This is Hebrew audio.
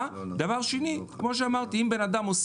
והיום הבנקים הפכו, אם ב-2012 היו